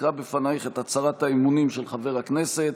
אקרא בפנייך את הצהרת האמונים של חבר הכנסת,